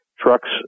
trucks